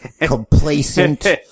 complacent